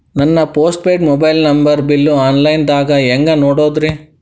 ನನ್ನ post paid mobile number bill, online ದಾಗ ಹ್ಯಾಂಗ್ ನೋಡೋದ್ರಿ?